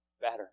better